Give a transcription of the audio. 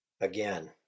Again